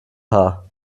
haar